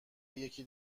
یکی